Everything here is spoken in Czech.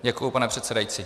Děkuji, pane předsedající.